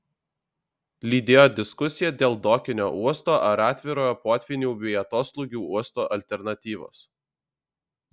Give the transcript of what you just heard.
lydėjo diskusija dėl dokinio uosto ar atvirojo potvynių bei atoslūgių uosto alternatyvos